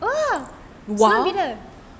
!whoa! so bila